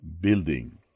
building